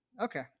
Okay